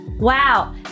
Wow